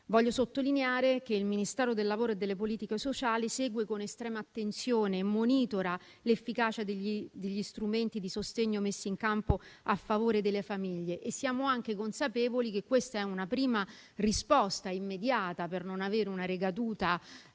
Voglio sottolineare che il Ministero del lavoro e delle politiche sociali segue con estrema attenzione e monitora l'efficacia degli strumenti di sostegno messi in campo a favore delle famiglie. Siamo anche consapevoli che questa è una prima risposta immediata per non avere una ricaduta